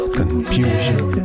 confusion